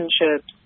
relationships